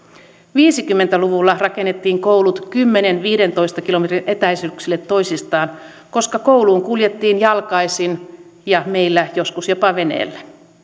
viisikymmentä luvulla rakennettiin koulut kymmenen viiva viidentoista kilometrin etäisyydelle toisistaan koska kouluun kuljettiin jalkaisin ja meillä joskus jopa veneellä